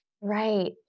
Right